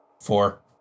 Four